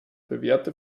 bewährte